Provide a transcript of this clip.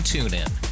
TuneIn